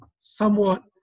somewhat